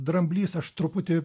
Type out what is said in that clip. dramblys aš truputį